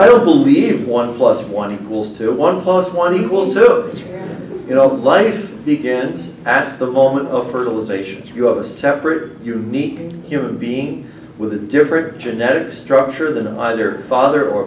i don't believe one plus one equals two one plus one equals zero you know life begins at the moment of fertilization if you have a separate unique human being with a different genetic structure than either father or